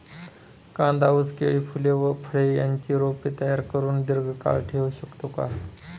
कांदा, ऊस, केळी, फूले व फळे यांची रोपे तयार करुन दिर्घकाळ ठेवू शकतो का?